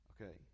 okay